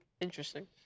Interesting